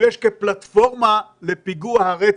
שימש פלטפורמה לביצוע הרצח...